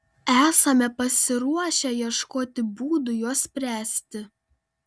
esame pasiruošę ieškoti būdų juos spręsti